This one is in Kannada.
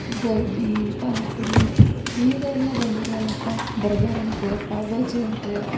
ಗೋಬಿ ಪಾನಿಪುರಿ ಈಗೆಲ್ಲ ಬಂದಿದೆಯಲ್ಲಪ್ಪ ಬರ್ಗರ್ ಅಂತೆ ಪಾವ್ ಬಾಜಿ ಅಂತೆ